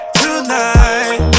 tonight